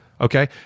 Okay